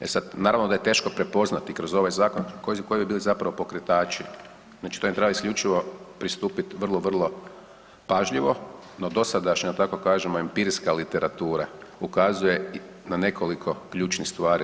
E sad naravno da je teško prepoznati kroz ovaj zakon koji bi bili zapravo pokretači, znači to im treba isključivo pristupiti vrlo, vrlo pažljivo no dosadašnja da tako kažemo empirijska literatura ukazuje na nekoliko ključnih stvari.